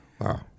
Wow